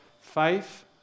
faith